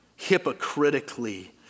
hypocritically